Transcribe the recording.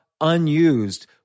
unused